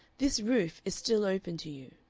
this roof is still open to you.